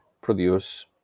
produce